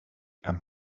and